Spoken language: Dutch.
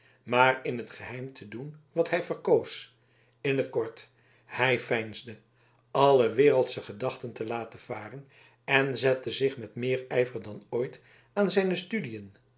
maar in t geheim te doen wat hij verkoos in t kort hij veinsde alle wereldsche gedachten te laten varen en zette zich met meer ijver dan ooit aan zijn studiën